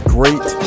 great